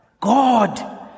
God